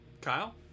Kyle